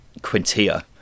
Quintia